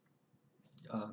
uh